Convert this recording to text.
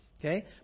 Okay